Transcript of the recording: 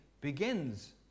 begins